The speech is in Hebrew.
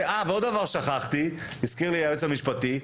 ועוד דבר ששכחתי הזכיר לי היועץ המשפטי,